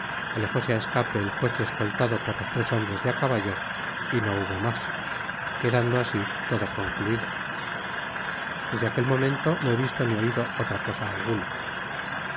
alejóse á escape el coche escoltado por los tres hombres de á caballo y no hubo mas quedando asi todo concluido desde aquel momento no he visto ni oído otra cosa alguna